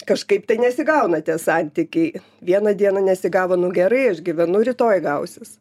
kažkaip tai nesigauna tie santykiai vieną dieną nesigavo nu gerai aš gyvenu rytoj gausis